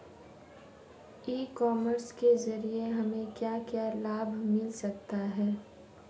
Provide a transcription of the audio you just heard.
ई commerce के ज़रिए हमें क्या क्या लाभ मिल सकता है?